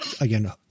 Again